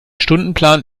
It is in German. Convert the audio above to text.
stundenplan